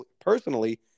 personally